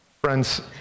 friends